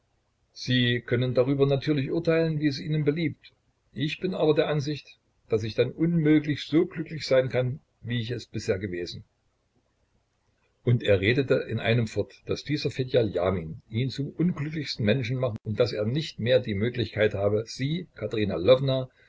sie können darüber natürlich urteilen wie es ihnen beliebt ich bin aber der ansicht daß ich dann unmöglich so glücklich sein kann wie ich es bisher gewesen und er redete in einem fort daß dieser fedja ljamin ihn zum unglücklichsten menschen mache und daß er nicht mehr die möglichkeit habe sie katerina